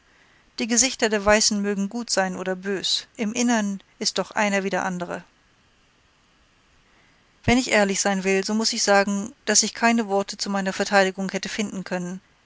die gesichter der weißen mögen gut sein oder bös im innern ist doch einer wie der andere wenn ich ehrlich sein will so muß ich sagen daß ich keine worte zu meiner verteidigung hätte finden können